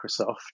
Microsoft